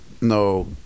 no